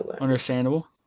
Understandable